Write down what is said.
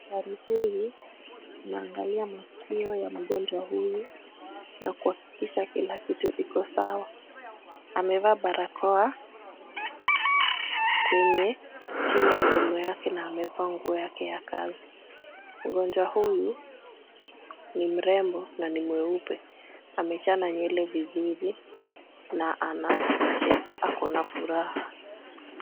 Daktari huyu anaangalia masikio ya mgonjwa huyu na kuhakikisha kila kitu iko sawa. Amevaa barakoa kwenye chini ya mdomo yake na amevaa nguo yake ya kazi. Mgonjwa huyu ni mrembo na ni mweupe. Amechana nywele vizuri na anacheka. Ako na furaha.